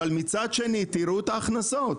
מצד שני תראו את ההכנסות.